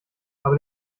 aber